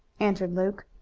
answered luke.